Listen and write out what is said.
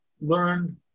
learn